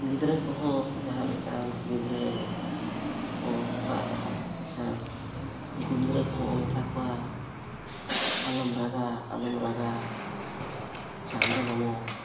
ᱜᱤᱫᱽᱨᱟᱹ ᱠᱚᱦᱚᱸ ᱡᱟᱦᱟᱸ ᱞᱮᱠᱟ ᱩᱱᱠᱩ ᱜᱤᱫᱽᱨᱟᱹ ᱠᱚᱠᱚ ᱨᱟᱜ ᱞᱮᱠᱷᱟᱱ ᱩᱱᱠᱩ ᱜᱤᱫᱽᱨᱟᱹ ᱠᱚᱦᱚᱸ ᱵᱚᱱ ᱢᱮᱛᱟ ᱠᱚᱣᱟ ᱟᱞᱚᱢ ᱨᱟᱜᱟ ᱟᱞᱚᱢ ᱨᱟᱜᱟ ᱪᱟᱸᱫᱚ ᱢᱟᱢᱚ